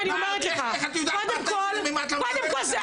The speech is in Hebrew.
איך את יודעת --- אם את לא מדברת איתם?